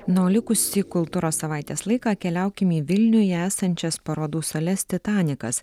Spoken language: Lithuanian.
na o likusį kultūros savaitės laiką keliaukim į vilniuje esančias parodų sales titanikas